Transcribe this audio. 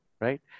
right